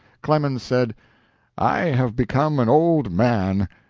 clemens said i have become an old man.